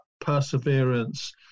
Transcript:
perseverance